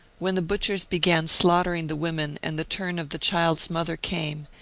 when the butchers began slaughtering the women and the turn of the child's mother came,